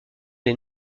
des